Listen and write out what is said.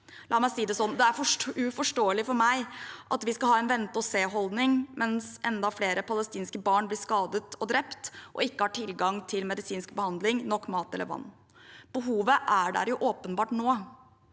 La meg si det sånn: Det er uforståelig for meg at vi skal ha en venteog-se-holdning mens enda flere palestinske barn blir skadet og drept og ikke har tilgang til medisinsk behandling, nok mat eller vann. Behovet er jo der åpenbart nå.